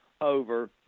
over